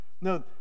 No